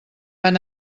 van